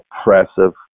oppressive